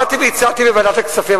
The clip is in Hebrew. באתי והצעתי בוועדת הכספים,